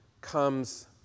comes